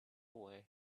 away